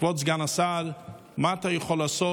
כבוד סגן השרה, מה אתה יכול לעשות.